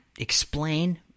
explain